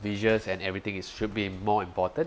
visuals and everything is should be more important